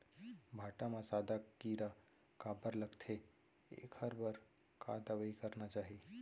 भांटा म सादा कीरा काबर लगथे एखर बर का दवई करना चाही?